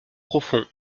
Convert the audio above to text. profond